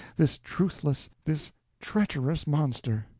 this truthless, this treacherous monster!